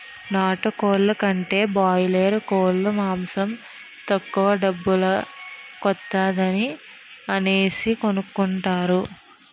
నాటుకోలు కంటా బాయలేరుకోలు మాసం తక్కువ డబ్బుల కొత్తాది అనేసి కొనుకుంటారు